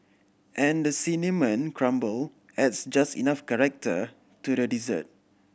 and the cinnamon crumble adds just enough character to the dessert